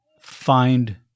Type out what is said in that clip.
find